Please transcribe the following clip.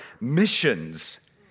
missions